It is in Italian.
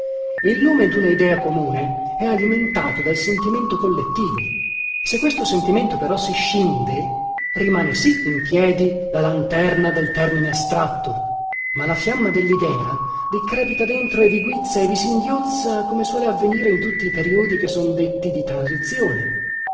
il lume duna idea comune è alimentato dal sentimento collettivo se questo sentimento però si scinde rimane sì in piedi la lanterna del termine astratto ma la fiamma dellidea vi crepita dentro e vi guizza e vi singhiozza come suole avvenire in tutti i periodi che son detti di transizione